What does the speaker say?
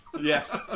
Yes